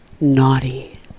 Naughty